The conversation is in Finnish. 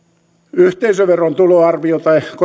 yhteisöveron tuloarviota